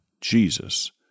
Jesus